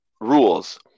rules